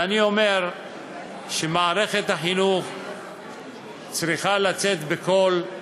ואני אומר שמערכת החינוך צריכה לצאת בקול,